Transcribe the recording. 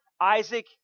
Isaac